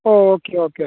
okay okay